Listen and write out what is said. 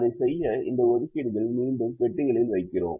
அதைச் செய்ய இந்த ஒதுக்கீடுகளை மீண்டும் பெட்டிகளில் வைக்கிறோம்